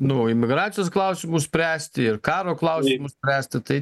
nu imigracijos klausimus spręsti ir karo klausimus spręsti tai